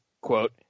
quote